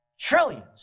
trillions